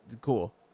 cool